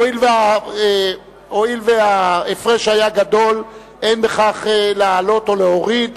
הואיל וההפרש היה גדול, אין בכך להעלות או להוריד,